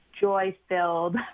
joy-filled